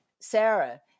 Sarah